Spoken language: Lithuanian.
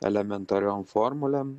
elementariom formulėm